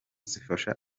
zifasha